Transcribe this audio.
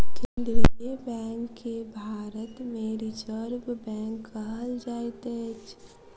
केन्द्रीय बैंक के भारत मे रिजर्व बैंक कहल जाइत अछि